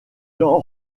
dents